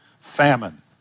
Famine